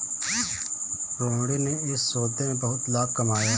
रोहिणी ने इस सौदे में बहुत लाभ कमाया